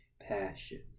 passion